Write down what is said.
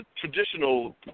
traditional